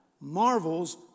marvels